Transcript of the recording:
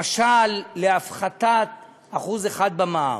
למשל, להפחתת 1% במע"מ?